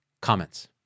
comments